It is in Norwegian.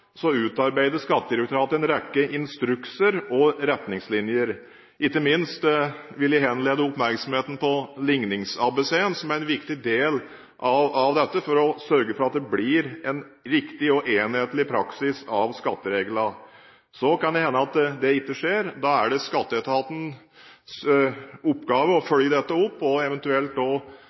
utarbeider Skattedirektoratet en rekke instrukser og retningslinjer. Ikke minst er Lignings-ABCen viktig for å sørge for en riktig og enhetlig praksis av skattereglene. Så kan det hende at det ikke skjer, og da er det skatteetatens oppgave å følge opp dette. Eventuelt